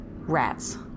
Rats